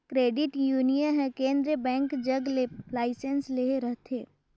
credit union हर केंद्रीय bank जग ले लाइसेंस लेहे रहथे